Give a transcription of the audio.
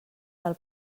del